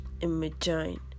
imagine